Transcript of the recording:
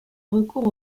recours